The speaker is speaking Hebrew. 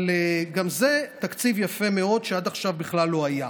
אבל גם זה תקציב יפה מאוד שעד עכשיו בכלל לא היה.